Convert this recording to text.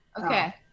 Okay